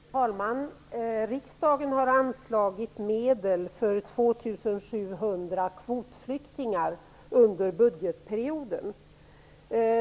Fru talman! Jag har en fråga till statsministern. Riksdagen har anslagit medel för 2 700 kvotflyktingar under budgetperioden.